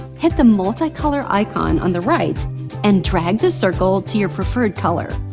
hit the multicolor icon on the right and drag the circle to your preferred color.